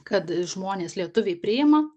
kad žmonės lietuviai priima